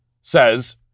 says